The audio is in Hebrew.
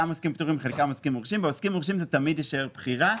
בקרב העוסקים המורשים זה תמיד יישאר כבחירה,